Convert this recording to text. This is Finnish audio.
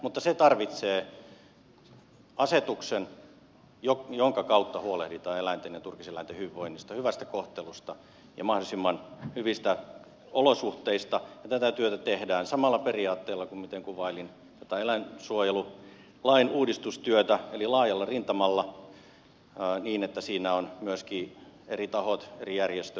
mutta se tarvitsee asetuksen jonka kautta huolehditaan eläinten ja turkiseläinten hyvinvoinnista hyvästä kohtelusta ja mahdollisimman hyvistä olosuhteista ja tätä työtä tehdään samalla periaatteella kuin miten kuvailin tätä eläinsuojelulain uudistustyötä eli laajalla rintamalla niin että siinä ovat myöskin eri tahot eri järjestöt mukana